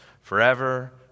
forever